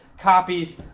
Copies